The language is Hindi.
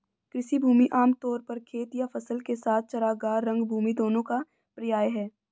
कृषि भूमि आम तौर पर खेत या फसल के साथ चरागाह, रंगभूमि दोनों का पर्याय है